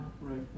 Right